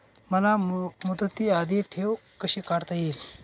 मला मुदती आधी ठेव कशी काढता येईल?